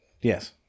Yes